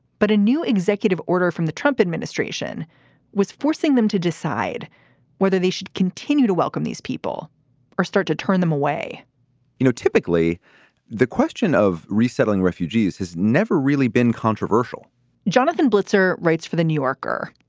but a new executive order from the trump administration was forcing them to decide whether they should continue to welcome these people or start to turn them away you know, typically the question of resettling refugees has never really been controversial jonathan blitzer writes for the new yorker.